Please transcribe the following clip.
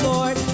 Lord